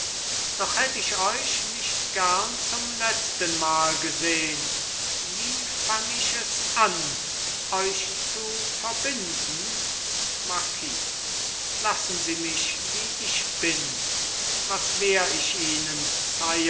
doch hätt ich euch nicht gern zum letztenmal gesehn wie fang ich es an euch zu verbinden marquis lassen sie mich wie ich bin was wär ich ihnen sire